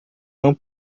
não